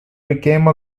became